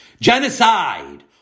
Genocide